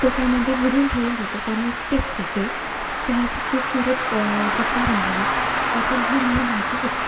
तो त्यामध्ये बुडून ठेवला जातो त्याने एक टेस्ट येते चहाची खूप सारे प प्रकार आहेत त्यातील हे मला माहिती होते